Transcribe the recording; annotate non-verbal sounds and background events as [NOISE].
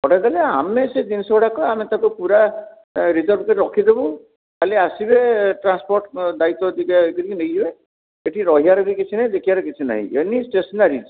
ପଠାଇଦେଲେ ଆମେ ସେ ଜିନିଷ ଗୁଡ଼ାକ ଆମେ ତାକୁ ପୁରା ରିଜର୍ଭ କରି ରଖିଦେବୁ ଖାଲି ଆସିବେ ଟ୍ରାନ୍ସପୋର୍ଟ୍ ଦାୟିତ୍ଵ [UNINTELLIGIBLE] ନେଇଯିବେ ସେଠି ରହିବାର ବି କିଛି ନାହିଁ କି ଦେଖିବାର କିଛି ନାହିଁ ଏନି ଷ୍ଟେସନାରିଜ୍